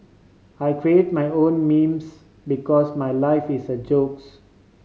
I create my own memes because my life is a jokes